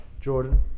Jordan